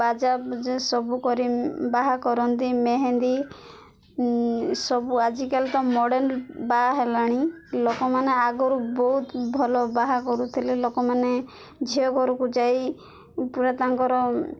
ବାଜା ସବୁ କରି ବାହା କରନ୍ତି ମେହେନ୍ଦି ସବୁ ଆଜିକାଲି ତ ମଡ଼୍ର୍ଣ୍ଣ ବାହା ହେଲାଣି ଲୋକମାନେ ଆଗରୁ ବହୁତ ଭଲ ବାହା କରୁଥିଲେ ଲୋକମାନେ ଝିଅ ଘରକୁ ଯାଇ ପୁରା ତାଙ୍କର